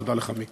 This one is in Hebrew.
תודה לך, מיקי.